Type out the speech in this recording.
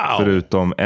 förutom